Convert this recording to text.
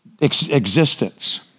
existence